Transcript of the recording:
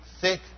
thick